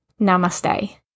namaste